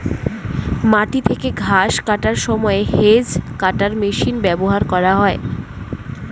মাটি থেকে ঘাস কাটার সময় হেজ্ কাটার মেশিন ব্যবহার করা হয়